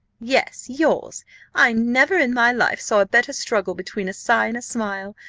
yes, yours i never in my life saw a better struggle between a sigh and a smile.